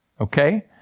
okay